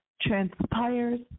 transpires